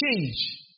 Change